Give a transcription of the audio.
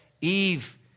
Eve